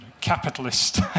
capitalist